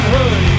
Hood